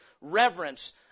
reverence